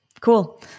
Cool